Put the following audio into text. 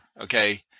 Okay